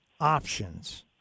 options